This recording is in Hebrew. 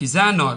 כי זה הנוהל.